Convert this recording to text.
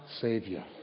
savior